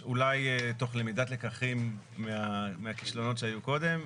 אולי תוך למידת לקחים מהכישלונות שהיו קודם,